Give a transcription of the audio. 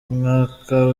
umwaka